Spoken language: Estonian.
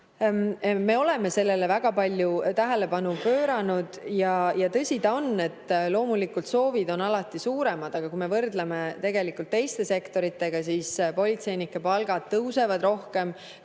Me oleme sellele väga palju tähelepanu pööranud. Tõsi on, et loomulikult on soovid alati suuremad, aga kui me võrdleme teiste sektoritega, siis politseinike palgad tõusevad rohkem